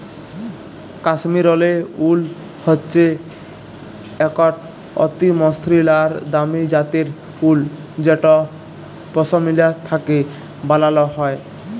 কাশ্মীরলে উল হচ্যে একট অতি মসৃল আর দামি জ্যাতের উল যেট পশমিলা থ্যাকে ব্যালাল হয়